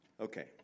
Okay